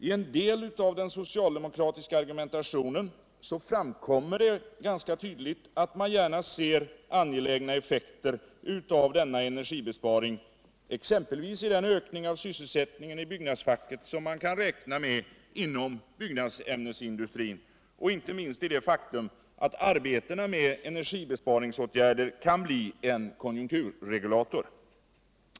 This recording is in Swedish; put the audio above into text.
I en del av den socialdemokratiska argumentationen framkommer det ganska tydligt att man gärna ser angelägna effekter av denna cnergibesparing, exempelvis i den ökning av sysselsättningen i byggnadstacket som man kan räkna med inom byggnadsämnesindustrin, och inte minst i det faktum att arbetena med energibesparingsåtgärder kan bli en konjunkturregulator.